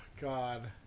God